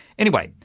anyway,